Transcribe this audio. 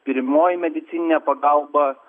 pirmoji medicininė pagalba